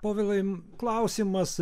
povilai klausimas